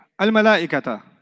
Al-Malaikata